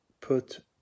put